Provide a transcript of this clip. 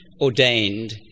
ordained